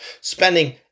spending